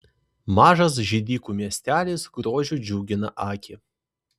mažas židikų miestelis grožiu džiugina akį